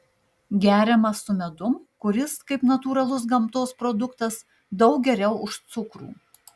geriamas su medum kuris kaip natūralus gamtos produktas daug geriau už cukrų